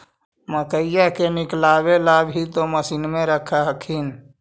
मकईया के निकलबे ला भी तो मसिनबे रख हखिन?